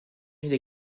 mille